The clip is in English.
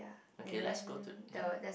okay let's go to ya